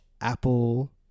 Apple